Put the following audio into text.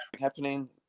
happening